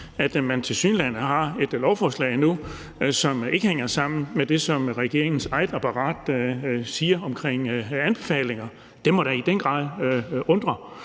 Man har tilsyneladende et lovforslag nu, som ikke hænger sammen med det, som regeringens eget apparat siger omkring anbefalinger. Det må da i den grad undre.